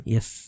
Yes